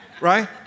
Right